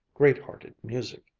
great-hearted music.